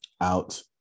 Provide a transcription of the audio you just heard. out